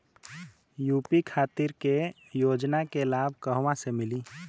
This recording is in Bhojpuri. यू.पी खातिर के योजना के लाभ कहवा से मिली?